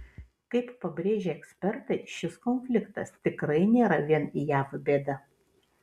kaip pabrėžia ekspertai šis konfliktas tikrai nėra vien jav bėda